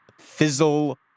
fizzle